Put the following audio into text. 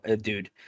dude